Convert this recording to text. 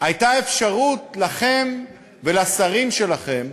הייתה אפשרות, לכם ולשרים שלכם,